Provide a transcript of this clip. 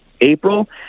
April